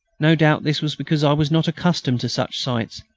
no doubt this was because i was not accustomed to such sights,